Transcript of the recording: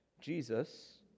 Jesus